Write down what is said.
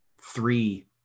three